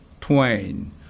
twain